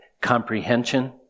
comprehension